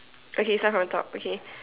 okay start from top okay